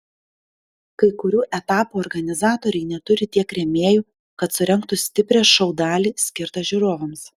kai kurių etapų organizatoriai neturi tiek rėmėjų kad surengtų stiprią šou dalį skirtą žiūrovams